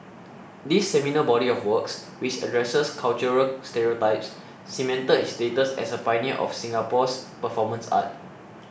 this seminal body of works which addresses cultural stereotypes cemented his status as a pioneer of Singapore's performance art